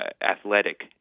athletic